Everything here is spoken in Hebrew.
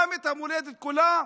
גם את המולדת כולה,